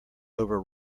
over